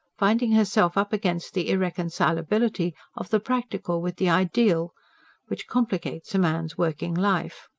finding herself up against the irreconcilability of the practical with the ideal which complicates a man's working life.